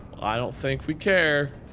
i don't think we care.